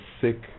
sick